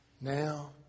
Now